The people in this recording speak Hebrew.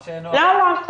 מה שנוח לך.